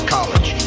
College